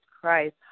Christ